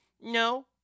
No